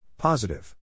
Positive